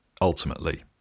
ultimately